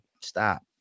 stop